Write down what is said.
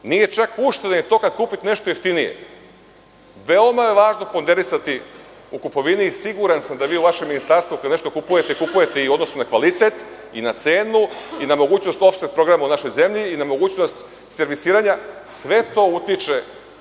Nije čak ušteda ni to kada kupite nešto jeftinije. Veoma je važno ponderisati u kupovini. Siguran sam da u vašem Ministarstvu kada nešto kupujete gledate i u odnosu na kvalitet, i na cenu i na mogućnost opšteg programa u našoj zemlji i na mogućnost servisiranja. Sve to utiče,